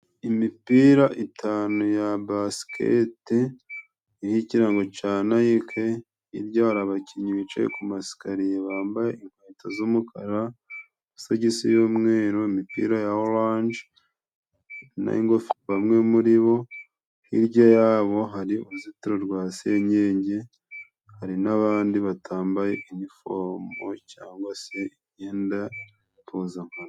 Imipira itanu ya basikete iriho ikirango ca Nayike, hirya hari abakinnyi bicaye ku masikariye bambaye inkweto z'umukara, amasogisi y'umweru, imipira ya oranje, n'ingofero bamwe muri bo. Hirya yabo hari uruzitiro rwa senyenge hari n'abandi batambaye inifomo cyangwa se imyenda mpuzankano.